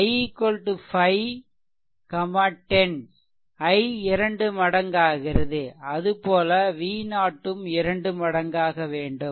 I 5 10 I இரண்டு மடங்காகிறது அதுபோல V0 ம் இரண்டு மடங்காக வேண்டும்